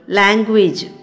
language